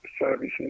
services